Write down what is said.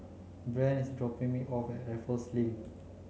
Brandt is dropping me off at Raffles Link